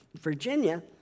Virginia